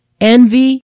envy